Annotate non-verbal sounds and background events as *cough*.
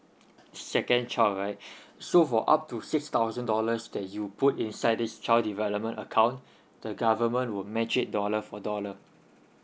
second child right *breath* so for up to six thousand dollars that you put inside this child development account *breath* the government would match it dollar for dollar